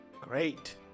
Great